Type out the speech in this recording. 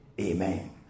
Amen